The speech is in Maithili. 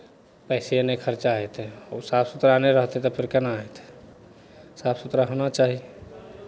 पैसे ने खर्चा हेतै ओ साफ सुथरा नहि रहतै तऽ फेर केना हेतै साफ सुथरा होना चाही